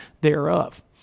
thereof